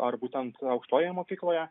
ar būtent aukštojoje mokykloje